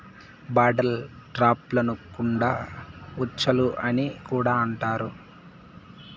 bottle ట్రాప్లను కుండ ఉచ్చులు అని కూడా అంటారు